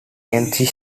kenshin